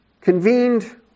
convened